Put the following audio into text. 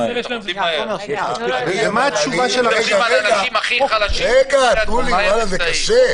מה התשובה של הרשם -- רגע, תנו לי, זה קשה.